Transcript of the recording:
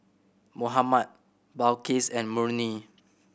Muhammad Balqis and Murni